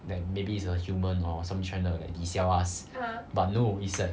that maybe it's a human or some tryna~ like lisiao us but no we said